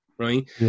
Right